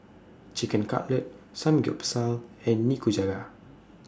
Chicken Cutlet Samgyeopsal and Nikujaga